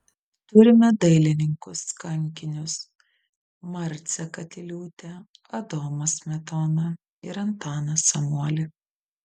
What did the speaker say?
turime dailininkus kankinius marcę katiliūtę adomą smetoną ir antaną samuolį